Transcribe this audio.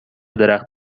درخت